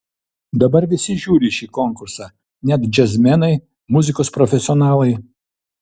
dabar visi žiūri šį konkursą net džiazmenai muzikos profesionalai